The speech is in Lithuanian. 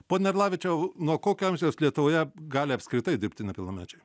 pone orlavičiau nuo kokio amžiaus lietuvoje gali apskritai dirbti nepilnamečiai